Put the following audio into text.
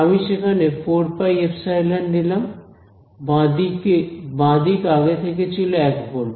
আমি সেখানে 4πε নিলাম বাঁদিক আগে থেকে ছিল 1 ভোল্ট